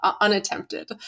unattempted